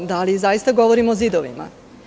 Da li zaista govorimo zidovima?